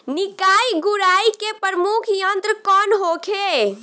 निकाई गुराई के प्रमुख यंत्र कौन होखे?